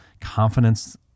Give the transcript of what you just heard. confidence